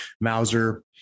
Mauser